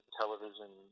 television